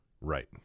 right